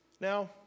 Now